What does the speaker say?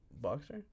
boxer